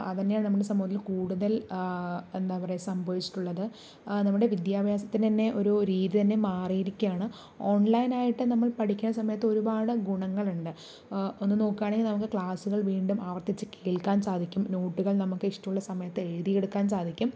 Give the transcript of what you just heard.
അതു തന്നെയാണ് നമ്മുടെ സമൂഹത്തിൽ കൂടുതൽ എന്താ പറയുക സംഭവിച്ചിട്ടുള്ളത് നമ്മുടെ വിദ്യാഭ്യാസത്തിനു തന്നെ ഒരു രീതി തന്നെ മാറിയിരിക്കുകയാണ് ഓൺലൈനായിട്ട് നമ്മൾ പഠിക്കുന്ന സമയത്ത് ഒരുപാട് ഗുണങ്ങളുണ്ട് ഒന്നു നോക്കുകയാണെങ്കിൽ നമുക്ക് ക്ലാസുകൾ വീണ്ടും ആവർത്തിച്ച് കേൾക്കാൻ സാധിക്കും നോട്ടുകൾ നമുക്ക് ഇഷ്ടമുള്ള സമയത്ത് എഴുതിയെടുക്കാൻ സാധിക്കും